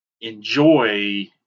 enjoy